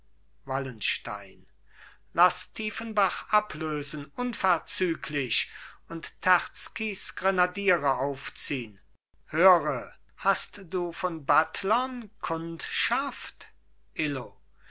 wallenstein laß tiefenbach ablösen unverzüglich und terzkys grenadiere aufziehn höre hast du von buttlern kundschaft illo